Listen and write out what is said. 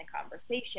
conversation